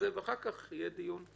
ואחר כך יהיה דיון.